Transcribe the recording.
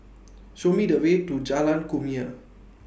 Show Me The Way to Jalan Kumia